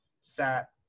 sat